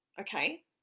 Okay